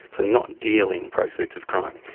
to not deal in proceeds of crime.